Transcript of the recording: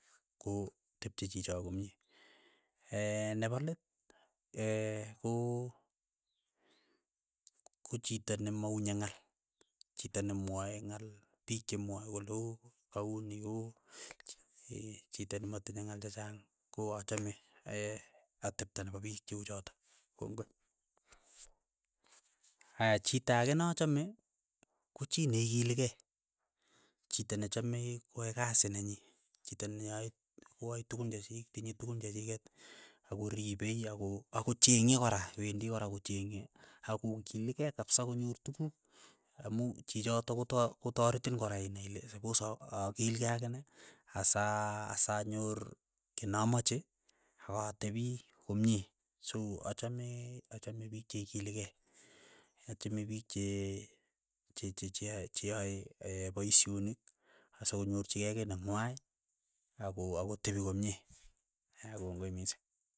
Ko tepche chicho komye, nepo let ko ko chito nemaunye ng'al, chito nemwae ng'al, pik chemwae ole oo ka uni oo, chito nimatinye ng'al chechang, ko achame atepto nepa piik che uchotok, kongoi. Aya chito ake nachame ko chii neikilikei, chito nechamei kwae kasi nenyi, chito ne ae kwae tukun che chiik, tinye tukun chechiket, ako ripei ako ako chenge kora, wendi kora kochenge ako kilikei kapsa konyor tukuk amu chichotok kota kotaretin kora inai ile sapos a- akilkei akine asaa asanyor kiy namache, akatepi komye, so achame achame piik che ikilikei, achame piik che che- che yae che yae paishonik asokonyorchikei kiy neng'wai ako- akotepi komye. kongoi mising.